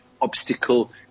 obstacle